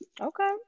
Okay